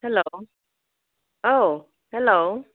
hello औ hello